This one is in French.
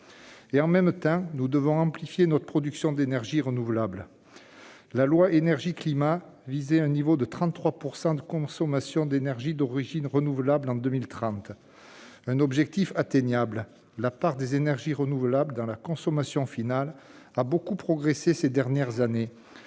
En même temps, nous devons amplifier notre production d'énergies renouvelables. Le projet de loi Énergie-Climat vise un niveau de 33 % de consommation d'énergie d'origine renouvelable en 2030. C'est un objectif atteignable. La part des énergies renouvelables dans la consommation finale a beaucoup progressé ces dernières années.